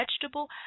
vegetable